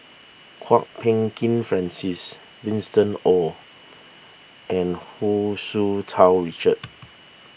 Kwok Peng Kin Francis Winston Oh and Hu Tsu Tau Richard